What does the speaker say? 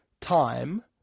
time